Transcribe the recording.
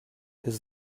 his